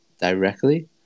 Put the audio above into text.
directly